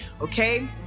Okay